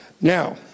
Now